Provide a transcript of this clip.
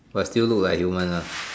but still look like human ah